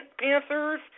Panthers